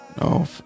No